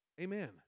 Amen